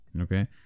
okay